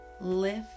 Lift